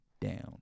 down